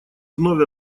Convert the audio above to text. вновь